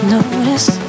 Notice